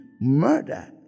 murder